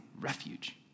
refuge